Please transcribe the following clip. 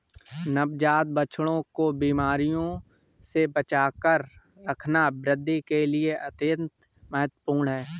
नवजात बछड़ों को बीमारियों से बचाकर रखना वृद्धि के लिए अत्यंत महत्वपूर्ण है